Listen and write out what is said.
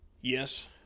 Yes